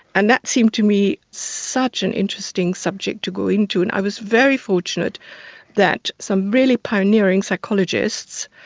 and that seemed to me such an interesting subject to go into and i was very fortunate that some really pioneering psychologists,